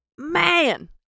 Man